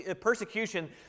persecution